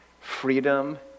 freedom